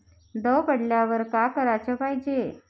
दव पडल्यावर का कराच पायजे?